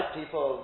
people